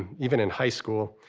even in high school,